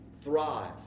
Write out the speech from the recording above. thrive